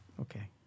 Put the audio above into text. Okay